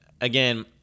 again